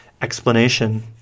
Explanation